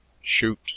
Shoot